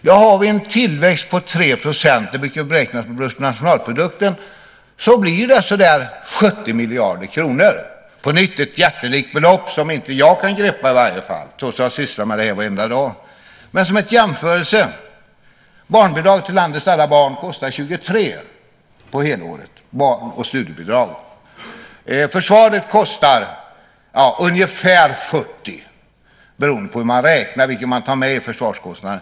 Ja, har vi en tillväxt på 3 %- den brukar beräknas på bruttonationalprodukten - blir det bortemot 70 miljarder kronor, på nytt ett jättelikt belopp som i alla fall inte jag kan greppa trots att jag sysslar med det här varenda dag. Som en jämförelse kan nämnas att barnbidrag till landets alla barn och studiebidrag kostar 23 miljarder på ett helår. Försvaret kostar ungefär 40 miljarder, beroende på hur man räknar och vad man tar med i försvarskostnaderna.